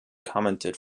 commented